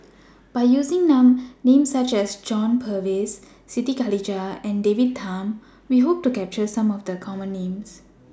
By using Names such as John Purvis Siti Khalijah and David Tham We Hope to capture Some of The Common Names